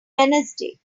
wednesday